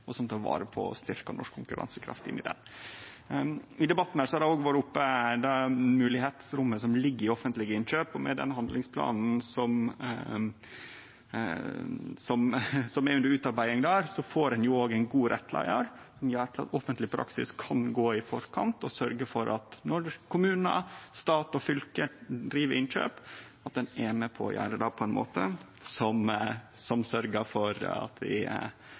debatten har òg det moglegheitsrommet som ligg i offentlege innkjøp, vore oppe, og med den handlingsplanen som er under utarbeiding, får ein òg ein god rettleiar som gjer at offentleg praksis kan gå i forkant og sørgje for at når kommunar, stat og fylke driv innkjøp, gjer dei det på ein slik måte at vi betrar standardane og sørgjer for meir sirkulærøkonomi. Noko av det eg òg er veldig glad for at vi har klart å få til gjennom å bruke offentlege midlar i statsbudsjettet, er